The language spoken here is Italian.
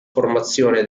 formazione